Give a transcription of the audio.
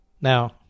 now